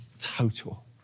total